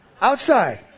outside